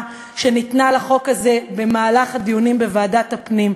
שניתנה לחוק הזה במהלך הדיונים בוועדת הפנים.